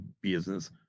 business